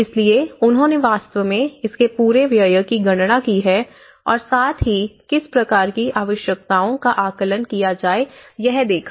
इसलिए उन्होंने वास्तव में इसके पूरे व्यय की गणना की है और साथ ही किस प्रकार की आवश्यकताओं का आकलन किया जाए यह देखा